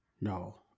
No